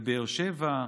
בבאר שבע,